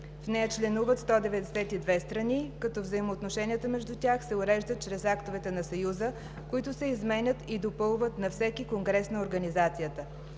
В нея членуват 192 страни, като взаимоотношенията между тях се уреждат чрез актовете на Съюза, които се изменят и допълват на всеки конгрес на организацията.